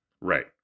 Right